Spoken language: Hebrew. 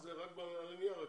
זה רק על הנייר.